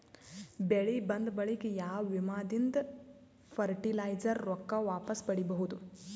ಬೆಳಿ ಬಂದ ಬಳಿಕ ಯಾವ ವಿಮಾ ದಿಂದ ಫರಟಿಲೈಜರ ರೊಕ್ಕ ವಾಪಸ್ ಪಡಿಬಹುದು?